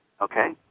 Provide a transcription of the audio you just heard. Okay